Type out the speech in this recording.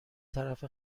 طرف